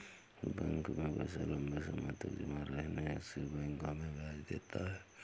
bank में पैसा लम्बे समय तक जमा रहने से बैंक हमें ब्याज देता है